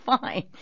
fine